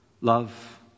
Love